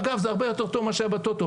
אגב, זה הרבה יותר טוב ממה שהיה ב"טוטו".